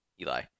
Eli